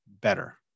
better